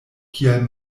kial